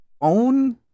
Own